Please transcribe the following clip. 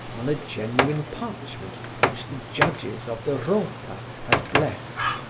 on a genuine parchment which the judges of the rota had blessed,